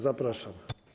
Zapraszam.